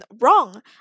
wrong